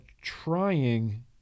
trying